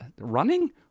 Running